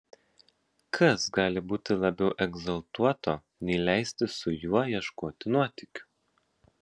kas gali būti labiau egzaltuoto nei leistis su juo ieškoti nuotykių